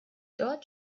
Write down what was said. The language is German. dort